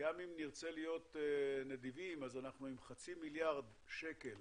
וגם אם נרצה להיות נדיבים אנחנו עם חצי מיליארד שקל